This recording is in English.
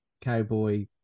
cowboy